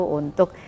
untuk